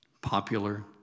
popular